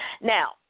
Now